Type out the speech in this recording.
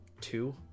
two